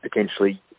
potentially